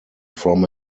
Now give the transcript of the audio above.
from